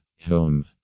home